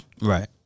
Right